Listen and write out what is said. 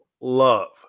Love